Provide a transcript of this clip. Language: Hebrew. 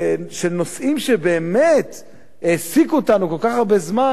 של נושאים שבאמת העסיקו אותנו כל כך הרבה זמן.